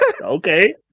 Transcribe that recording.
Okay